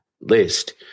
list